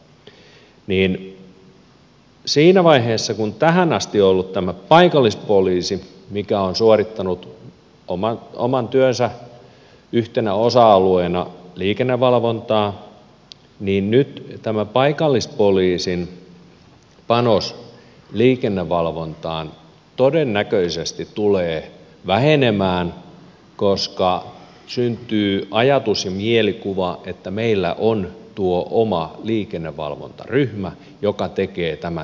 nyt siinä vaiheessa kun tähän asti on ollut tämä paikallispoliisi mikä on suorittanut oman työnsä yhtenä osa alueena liikennevalvontaa tämä paikallispoliisin panos liikennevalvontaan todennäköisesti tulee vähenemään koska syntyy ajatus ja mielikuva että meillä on tuo oma liikennevalvontaryhmä joka tekee tämän työn